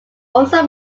also